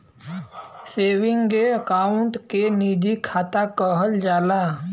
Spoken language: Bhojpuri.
सेवींगे अकाउँट के निजी खाता कहल जाला